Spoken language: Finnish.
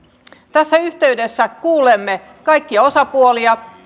tässä yhteydessä kuulemme kaikkia osapuolia